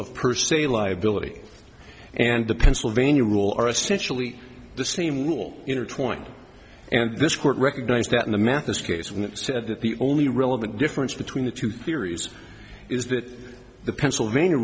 of per se liability and the pennsylvania rule are essentially the same rule intertwined and this court recognized that in the mathis case when it said that the only relevant difference between the two theories is that the pennsylvania